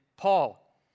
Paul